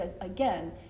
Again